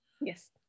yes